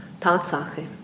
tatsache